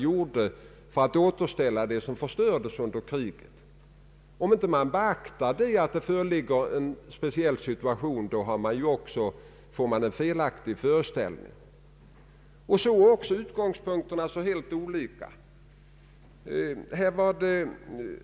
Jag kan inte tycka att det är någonting genant i detta förslag, herr Dahlén.